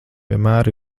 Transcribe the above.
vienmēr